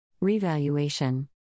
Revaluation